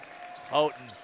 Houghton